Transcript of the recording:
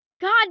God